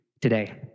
today